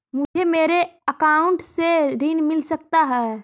मुझे मेरे अकाउंट से ऋण मिल सकता है?